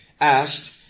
asked